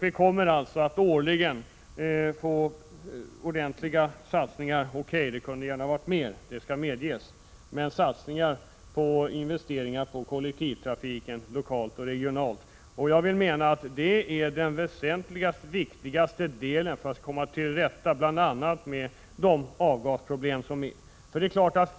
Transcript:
Vi kommer således årligen att få ordentliga satsningar på investeringar på kollektivtrafiken såväl lokalt som regionalt. Det skall dock medges att det gärna kunde ha varit större satsningar. Men det är den väsentligaste delen för att komma till rätta med bl.a. problemen med avgaser.